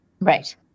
Right